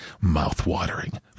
Mouth-watering